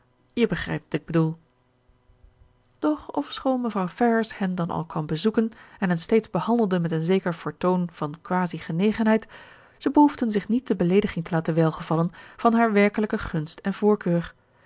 je begrijpt wat ik bedoel doch ofschoon mevrouw ferrars hen dan al kwam bezoeken en hen steeds behandelde met een zeker vertoon van quasi genegenheid zij behoefden zich niet de beleediging te laten welgevallen van haar werkelijke gunst en voorkeur